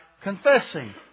confessing